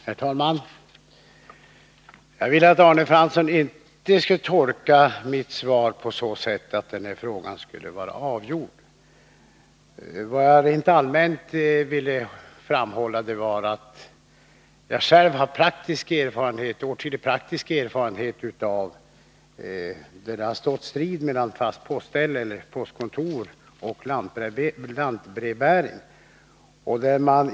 Herr talman! Jag vill inte att Arne Fransson skall tolka mitt svar på så sätt att denna fråga skulle vara avgjord. Vad jag rent allmänt ville framhålla var att jag själv har åtskillig praktisk erfarenhet av fall där det stod strid mellan fast postställe eller postkontor och lantbrevbäring.